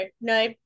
no